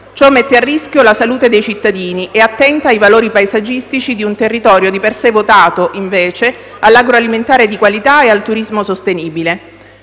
Ciò mette a rischio la salute dei cittadini e attenta ai valori paesaggistici di un territorio di per sé votato invece all'agroalimentare di qualità e al turismo sostenibile.